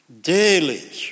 daily